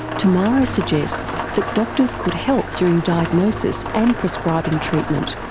tamara suggests that doctors could help during diagnosis and prescribing treatment.